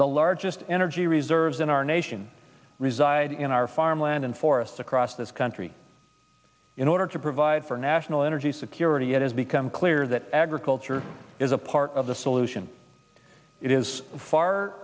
the largest energy reserves in our nation reside in our farmland and forests across this country in order to provide for national energy security it has become clear that agriculture is a part of the solution it is far